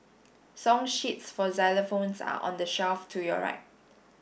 song sheets for xylophones are on the shelf to your right